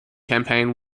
campaign